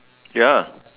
ya